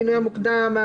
הפינוי המוקדם,